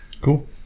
Cool